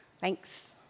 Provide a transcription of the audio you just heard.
Thanks